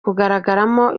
kugaragaramo